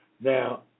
Now